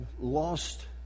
lost